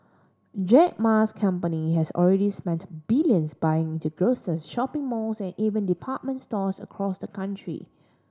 Jack Ma's company has already spent billions buying into grocers shopping malls and even department stores across the country